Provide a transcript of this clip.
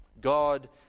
God